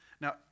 Now